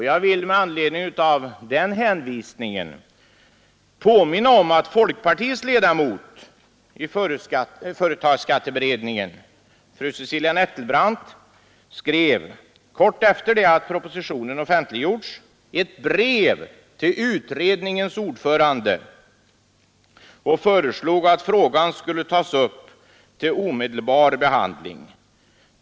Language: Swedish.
Jag vill med anledning härav påminna om att folkpartiets ledamot i den utredningen, fru Cecilia Nettelbrandt, kort efter det att propositionen offentliggjorts skrev ett brev till utredningens ordförande och föreslog att frågan skulle tas upp till omedelbar behandling.